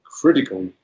critical